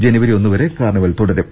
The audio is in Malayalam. ജനുവരി ഒന്നുവരെ കാർണിവൽ തുടരും